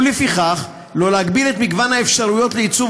ולפיכך לא להגביל את מגוון האפשרויות של עיצוב